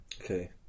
Okay